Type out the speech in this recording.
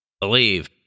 Believe